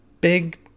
big